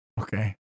okay